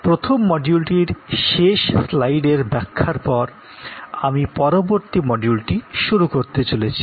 প্রথম মডিউলটির শেষ স্লাইড এর ব্যাখ্যার পর আমি পরবর্তী মডিউলটি শুরু করতে চলেছি